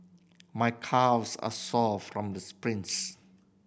my calves are sore from the sprints